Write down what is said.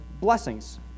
blessings